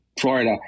Florida